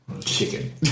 Chicken